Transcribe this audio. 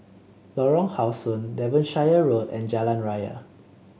Lorong How Sun Devonshire Road and Jalan Raya